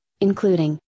including